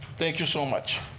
thank you so much.